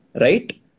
right